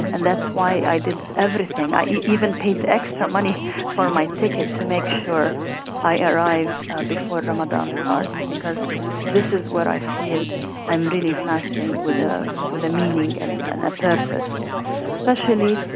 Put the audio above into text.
and that's why i did everything. i even paid extra money for my ticket to make sure i arrived before ramadan starts because this is where i feel i'm really fasting with ah with a meaning and and a purpose especially,